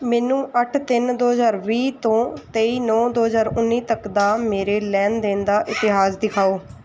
ਮੈਨੂੰ ਅੱਠ ਤਿੰਨ ਦੋ ਹਜ਼ਾਰ ਵੀਹ ਤੋਂ ਤੇਈ ਨੌਂ ਦੋ ਹਜ਼ਾਰ ਉੱਨੀ ਤੱਕ ਦਾ ਮੇਰੇ ਲੈਣ ਦੇਣ ਦਾ ਇਤਿਹਾਸ ਦਿਖਾਓ